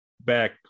back